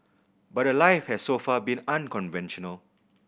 but her life has so far been unconventional